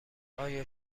آیا